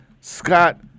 Scott